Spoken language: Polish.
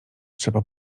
trzeba